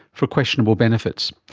for questionable benefits.